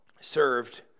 served